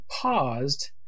paused